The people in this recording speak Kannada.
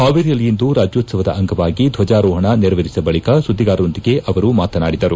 ಹಾವೇರಿಯಲ್ಲಿಂದು ರಾಜ್ಯೋತ್ತವದ ಅಂಗವಾಗಿ ಧ್ವಜಾರೋಹಣ ನೇರವೇರಿಸಿದ ಬಳಿಕ ಸುದ್ಗಿಗಾರರೊಂದಿಗೆ ಅವರು ಮಾತನಾಡಿದರು